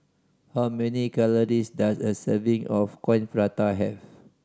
how many calories does a serving of Coin Prata have